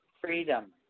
Freedom